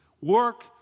Work